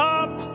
up